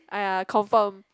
(aiya) confirm